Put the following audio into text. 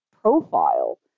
profile